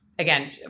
Again